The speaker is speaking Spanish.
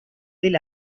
del